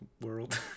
world